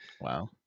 wow